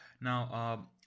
Now